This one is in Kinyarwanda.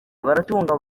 baratunga